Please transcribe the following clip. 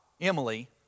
Emily